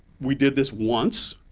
we did this once,